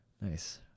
nice